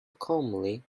calmly